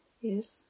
Yes